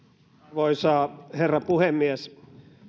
arvoisa herra puhemies